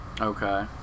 Okay